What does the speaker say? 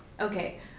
Okay